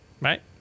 Right